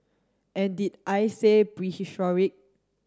and did I say prehistoric